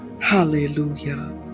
hallelujah